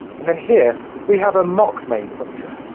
and then here we have a mock main function.